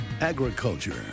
Agriculture